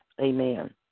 Amen